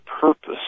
purpose